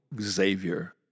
Xavier